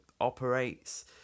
operates